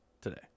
today